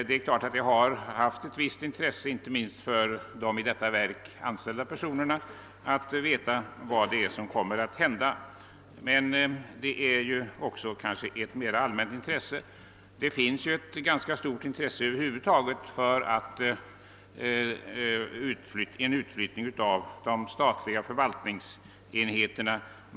Inte minst de i detta verk anställda personerna har varit intresserade av att få veta vad som kommer att hända, men frågan har också ett mer allmänt intresse. Över huvud taget är intresset stort för en utflyttning av de statliga förvaltningsenheterna.